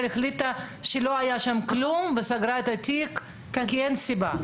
החליטה שלא היה שם כלום וסגרה את התיק כי אין סיבה.